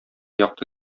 якты